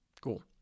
Cool